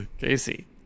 casey